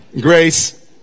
Grace